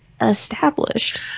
established